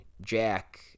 Jack